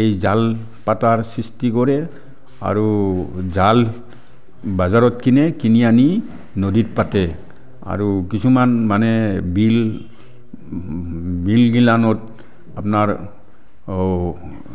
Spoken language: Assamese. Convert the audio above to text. এই জাল পতাৰ সৃষ্টি কৰে আৰু জাল বজাৰত কিনে কিনি আনি নদীত পাতে আৰু কিছুমান মানে বিল বিল গিলানত আপোনাৰ অ'